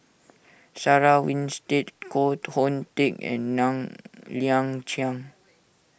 Sarah Winstedt Koh Hoon Teck and Ng Liang Chiang